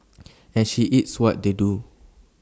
and she eats what they do